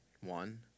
one